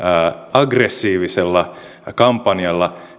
agg ressiivisella kampanjalla